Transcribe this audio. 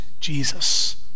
Jesus